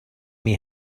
may